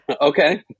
Okay